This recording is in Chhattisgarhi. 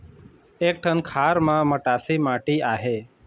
एक ठन खार म मटासी माटी आहे?